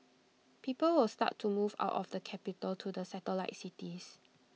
people will start to move out of the capital to the satellite cities